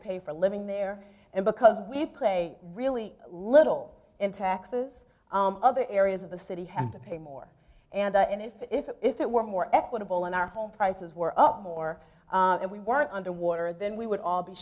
pay for living there and because we play really little in taxes other areas of the city have to pay more and if if if it were more equitable in our home prices were up more and we weren't underwater then we would all be